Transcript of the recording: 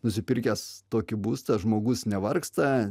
nusipirkęs tokį būstą žmogus nevargsta